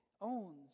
owns